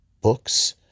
books